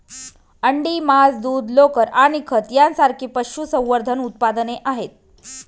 अंडी, मांस, दूध, लोकर आणि खत यांसारखी पशुसंवर्धन उत्पादने आहेत